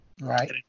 Right